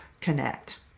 connect